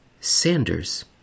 Sanders